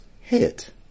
hit